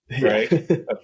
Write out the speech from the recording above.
right